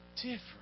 different